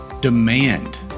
Demand